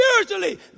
spiritually